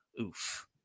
Oof